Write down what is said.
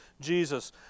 Jesus